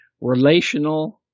relational